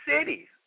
cities